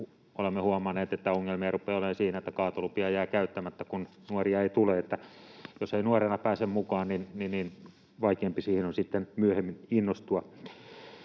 Olemme huomanneet, että ongelmia rupeaa olemaan siinä, että kaatolupia jää käyttämättä, kun nuoria ei tule, että jos ei nuorena pääse mukaan, niin vaikeampi siihen on sitten myöhemmin innostua,